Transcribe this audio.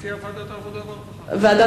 מציע ועדת העבודה והרווחה.